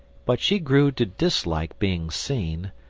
but she grew to dislike being seen,